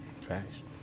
Facts